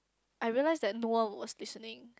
I realise that no one was listening